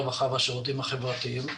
הרווחה והשירותים החברתיים.